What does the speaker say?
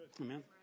Amen